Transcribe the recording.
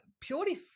purely